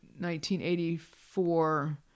1984